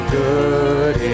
good